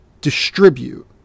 distribute